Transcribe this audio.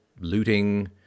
looting